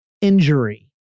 injury